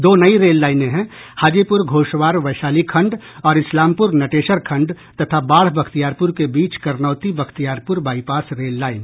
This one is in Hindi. दो नई रेल लाइनें हैं हाजीपुर घोशवार वैशाली खंड और इस्लामपुर नटेशर खंड तथा बाढ़ बख्तियारपुर के बीच Karnauti Bakhtiyarpur bypass rail line